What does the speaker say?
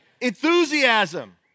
Enthusiasm